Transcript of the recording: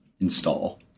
install